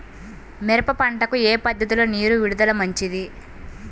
మిరప పంటకు ఏ పద్ధతిలో నీరు విడుదల మంచిది?